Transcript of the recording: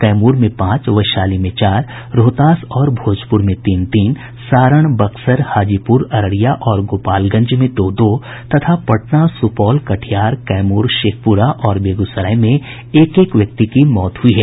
कैमूर में पांच वैशाली में चार रोहतास और भोजपुर में तीन तीन सारण बक्सर हाजीपुर अररिया और गोपालगंज में दो दो तथा पटना सुपौल कटिहार कैमूर शेखपुरा और बेगूसराय में एक एक व्यक्ति की मौत हुई है